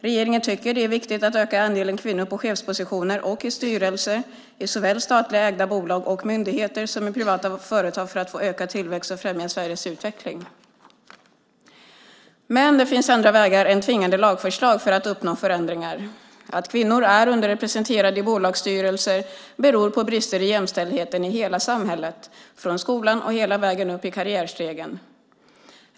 Regeringen tycker att det är viktigt att öka andelen kvinnor på chefspositioner och i styrelser i såväl statligt ägda bolag och myndigheter som privata företag för att få ökad tillväxt och främja Sveriges utveckling. Men det finns andra vägar än tvingande lagförslag för att uppnå förändringar. Att kvinnor är underrepresenterade i bolagsstyrelser beror på brister i jämställdheten i hela samhället från skolan och hela vägen upp i karriärstegen.